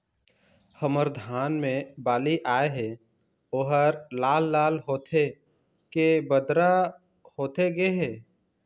हमर धान मे बाली आए हे ओहर लाल लाल होथे के बदरा होथे गे हे?